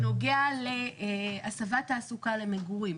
בנוגע להסבת תעסוקה למגורים,